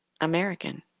American